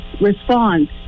response